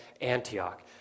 Antioch